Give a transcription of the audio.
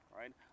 right